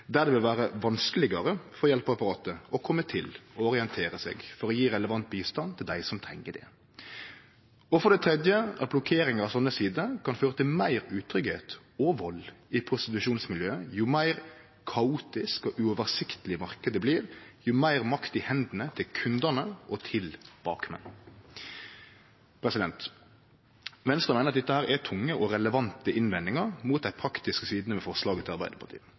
der det vil vere vanskelegare for hjelpeapparatet å kome til og orientere seg for å gi relevant bistand til dei som treng det – og for det tredje at blokkering av slike sider kan føre til meir utryggleik og vald i prostitusjonsmiljøet. Di meir uoversiktleg og kaotisk marknaden blir – di meir makt i hendene til kundane og bakmenn. Venstre meiner dette er tunge og relevante innvendingar mot dei praktiske sidene ved forslaget frå Arbeidarpartiet,